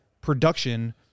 production